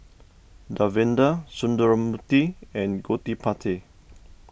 Davinder Sundramoorthy and Gottipati